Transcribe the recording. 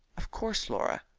of course, laura.